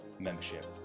membership